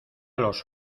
los